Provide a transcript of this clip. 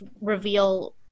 reveal